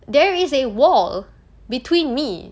there is a wall between me